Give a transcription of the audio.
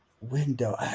window